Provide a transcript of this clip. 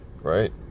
right